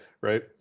Right